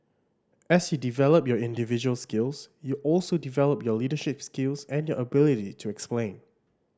as you develop your individual skills you also develop your leadership skills and your ability to explain